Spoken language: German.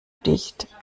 dicht